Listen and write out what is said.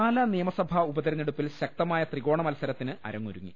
പാലാ നിയമസഭാ ഉപതെരഞ്ഞെടുപ്പിൽ ശക്തമായ ത്രികോണ മൽസരത്തിന് അരങ്ങൊരുങ്ങി